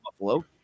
Buffalo